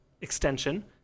extension